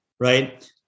right